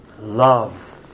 love